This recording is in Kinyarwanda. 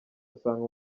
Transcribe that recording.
usanga